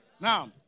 Now